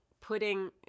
putting